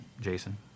Jason